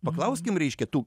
paklauskim reiškia tų